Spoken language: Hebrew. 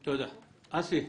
אסי,